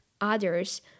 others